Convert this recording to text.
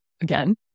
again